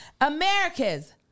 America's